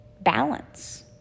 Balance